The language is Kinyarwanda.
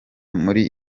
muri